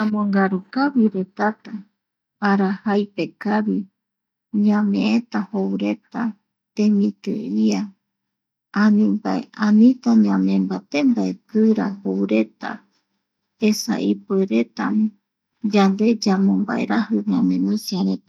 Yamongarukaviretata, arajaipe kavi ñameeta joureta temiti ia reta, ani mbae, anita ñamee mbaté joureta mbaekira esa ipuereta yande yam. Ombaeraji misiareta.